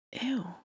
Ew